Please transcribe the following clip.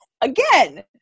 again